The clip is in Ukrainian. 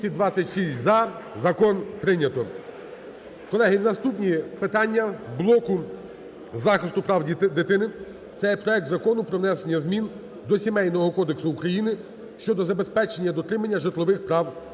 Колеги, наступні питання блоку захисту прав дитини. Це проект Закону про внесення змін до Сімейного кодексу України (щодо забезпечення дотримання житлових прав дитини)